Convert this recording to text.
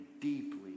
deeply